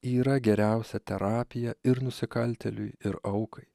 yra geriausia terapija ir nusikaltėliui ir aukai